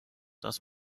dass